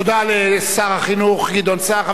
תודה לשר החינוך גדעון סער.